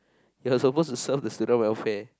you're not suppose to serve the student welfare